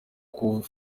coup